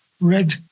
red